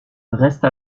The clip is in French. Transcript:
reste